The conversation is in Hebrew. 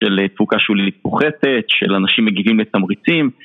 של תפוקה שולילית פוחתת, של אנשים מגיבים לתמריצים